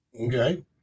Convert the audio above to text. Okay